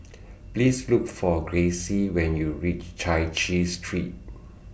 Please Look For Gracie when YOU REACH Chai Chee Street